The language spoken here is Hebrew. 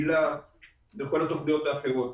מיל"ת וכל התוכניות האחרות.